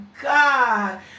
God